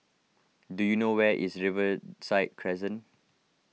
do you know where is Riverside Crescent